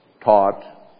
taught